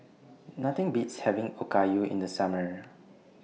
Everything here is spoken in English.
Nothing Beats having Okayu in The Summer